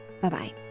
Bye-bye